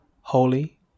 holy